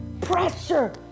pressure